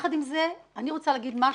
יחד עם זה אני רוצה להגיד משהו,